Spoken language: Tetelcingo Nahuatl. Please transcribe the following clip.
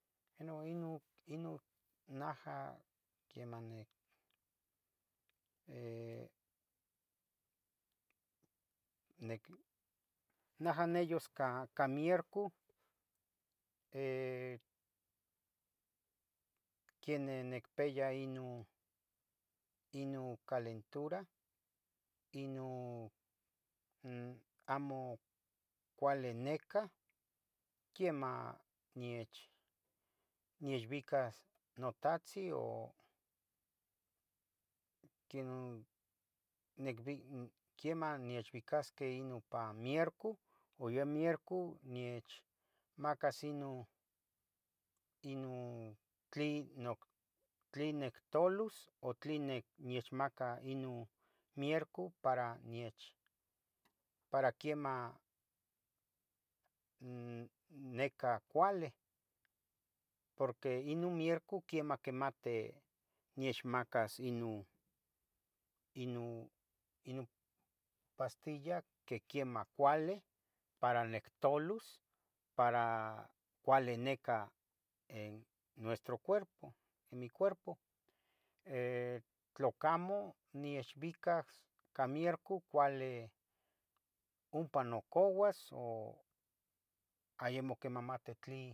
Eno ino, ino naha quiemah nec, nic, naha neyus ca mierco, que neh nicpia ino, ino calentura, ino, n amo cuali necah quiemah niech, niechbicas no tahtzi o queh no, nicbi, quiemah nechbicasqueh ino pa mierco, ua yeh mierco nechmacas ino, ino tli noc tle nictolus, o tle nicnechmaca ino mierco para niech, para quiemah ni- nicah cuali, porque ino mierco quiemah quimati nechmacas ino, ino, ino pastilla que quiemah cuali para nictulus, para cuali necah en nuestro cuerpo, en mi cuerpo, tlacamo nechbicas ca mierco cuali ompa nocouas yeh quimamati tli.